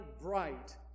bright